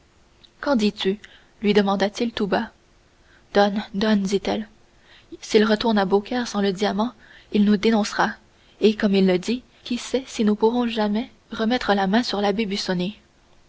qu'en dis-tu lui demanda-t-il tout bas donne donne dit-elle s'il retourne à beaucaire sans le diamant il nous dénoncera et comme il le dit qui sait si nous pourrons jamais remettre la main sur l'abbé